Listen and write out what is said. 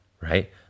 right